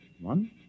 One